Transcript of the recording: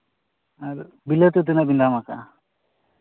ᱟᱨ ᱵᱤᱞᱟᱹᱛᱤ ᱛᱤᱱᱟᱹᱜ ᱵᱤᱱ ᱫᱟᱢ ᱠᱟᱜᱼᱟ